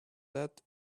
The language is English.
that